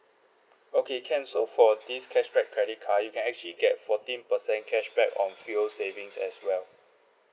okay can so for this cashback credit card you can actually get fourteen percent cashback on fuel savings as well